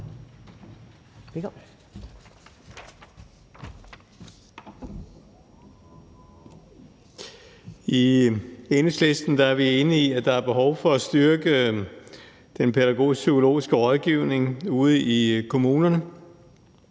I Enhedslisten er vi enige i, at der er behov for at styrke Pædagogisk Psykologisk Rådgivning ude i kommunerne.